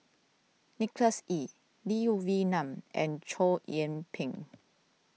Nicholas Ee Lee Wee Nam and Chow Yian Ping